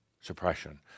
suppression